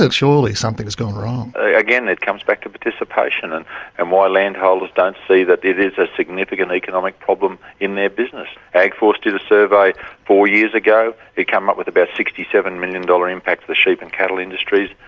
and surely something's gone wrong? again it comes back to participation and and why landholders don't see that it is a significant economic problem in their business. agforce did a survey four years ago, it come up with about sixty seven million dollars impact to the sheep and cattle industries.